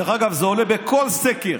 דרך אגב, זה עולה בכל סקר